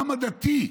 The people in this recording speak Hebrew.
העם הדתי,